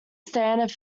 standard